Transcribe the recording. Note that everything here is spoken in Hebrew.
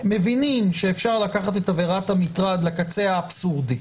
מבינים שאפשר לקחת את עבירת המטרד לקצה האבסורדי,